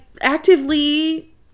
actively